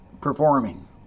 performing